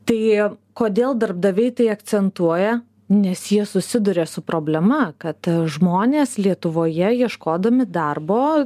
tai kodėl darbdaviai tai akcentuoja nes jie susiduria su problema kad žmonės lietuvoje ieškodami darbo